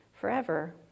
forever